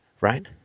right